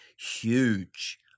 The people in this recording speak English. huge